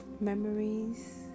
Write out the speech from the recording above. memories